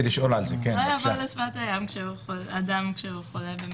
לא יבוא לשפת הים כשהוא חולה במחלה.